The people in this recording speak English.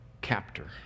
captor